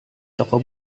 toko